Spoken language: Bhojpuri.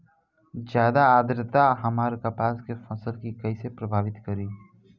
ज्यादा आद्रता हमार कपास के फसल कि कइसे प्रभावित करी?